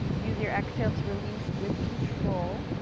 use your exhale to release with control.